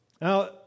Now